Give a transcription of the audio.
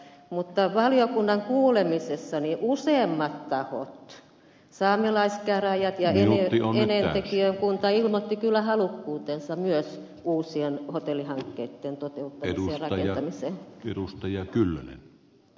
mutta valiokunnan kuulemisessa useammat tahot saamelaiskäräjät ja enontekiön kunta ilmoittivat kyllä halukkuutensa myös uusien hotellihankkeitten toteuttamiseen ja rakentamiseen